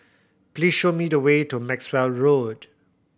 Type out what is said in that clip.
please show me the way to Maxwell Road